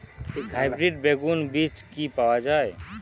Hybrid বেগুন বীজ কি পাওয়া য়ায়?